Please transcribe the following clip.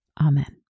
amen